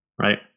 Right